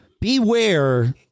Beware